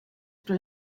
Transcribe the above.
pro